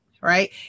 right